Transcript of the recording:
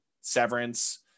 Severance